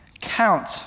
Count